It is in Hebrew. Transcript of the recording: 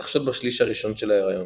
מתרחשות בשליש הראשון של ההיריון.